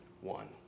one